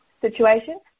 situation